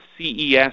CES